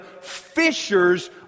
fishers